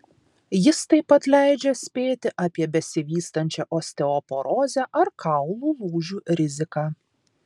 jis taip pat leidžia spėti apie besivystančią osteoporozę ar kaulų lūžių riziką